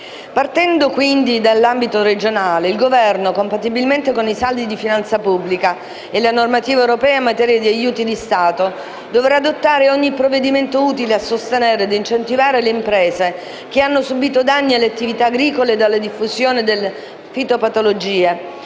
Partendo quindi dall'ambito regionale, il Governo, compatibilmente con i saldi di finanza pubblica e la normativa europea in materia di aiuti di Stato, dovrà adottare ogni provvedimento utile a sostenere e incentivare le imprese pugliesi che hanno subito danni alle attività agricole dalla diffusione delle fitopatologie.